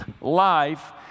life